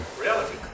Reality